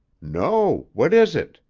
no. what is it?